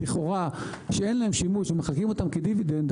לכאורה שאין להם שימוש ומחלקים אותם כדיבידנד,